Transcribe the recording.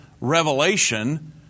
Revelation